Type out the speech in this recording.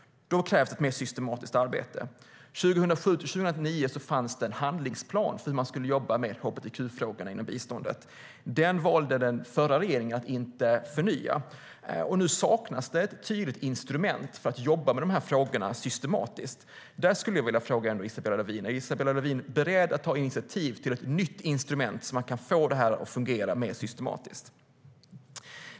Då krävs det ett mer systematiskt arbete. År 2007-2009 fanns det en handlingsplan för hur man skulle jobba med hbtq-frågorna inom biståndet. Den valde den förra regeringen att inte förnya. Nu saknas det ett tydligt instrument för att jobba med dessa frågor systematiskt. Därför skulle jag vilja fråga Isabella Lövin om hon är beredd att ta initiativ till ett nytt instrument så att man kan få detta att fungera mer systematiskt.